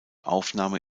aufnahme